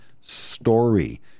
story